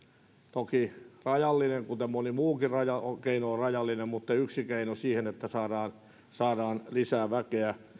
toki rajallinen kuten moni muukin keino on rajallinen mutta yksi keino siihen että saadaan saadaan lisää väkeä